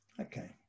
okay